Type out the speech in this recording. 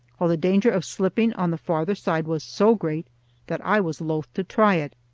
while the danger of slipping on the farther side was so great that i was loath to try it.